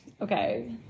Okay